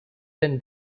than